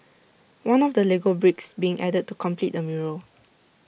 one of the Lego bricks being added to complete the mural